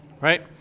Right